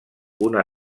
una